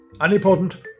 unimportant